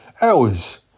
Hours